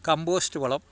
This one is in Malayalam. കമ്പോസ്റ്റ് വളം